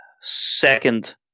second